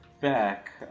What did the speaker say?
back